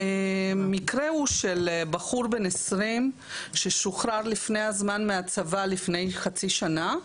המקרה הוא של בחור בן 20 ששוחרר לפני הזמן מהצבא לפני חצי שנה.